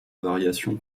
variation